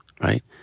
Right